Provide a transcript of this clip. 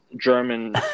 German